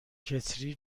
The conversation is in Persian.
کتری